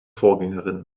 vorgängerin